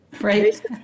right